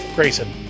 Grayson